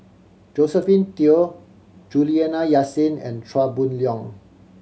Josephine Teo Juliana Yasin and Chia Boon Leong